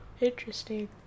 Interesting